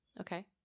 Okay